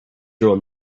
drawn